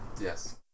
Yes